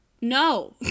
no